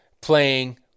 playing